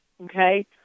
Okay